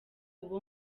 uwo